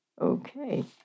Okay